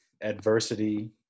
adversity